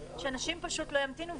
שאנשים לא ימתינו,